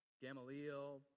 Gamaliel